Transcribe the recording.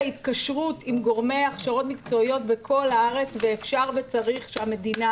התקשרות עם גורמי הכשרות מקצועיות בכל הארץ ואפשר וצריך שהמדינה